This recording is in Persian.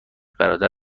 برادر